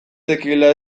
zekiela